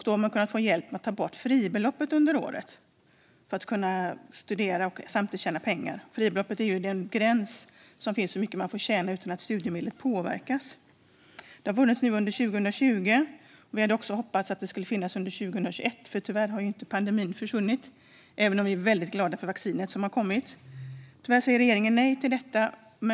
Då har man kunnat få hjälp med att ta bort fribeloppet under året för att kunna studera och samtidigt tjäna pengar. Fribeloppet är ju den gräns som finns för hur mycket man får tjäna utan att studiestödet påverkas. Denna hjälp har funnits nu under 2020. Vi hade hoppats att den skulle finnas också under 2021, för tyvärr har ju inte pandemin försvunnit - även om vi är väldigt glada för vaccinet som har kommit. Tyvärr säger regeringen nej till detta.